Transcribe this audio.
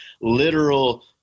literal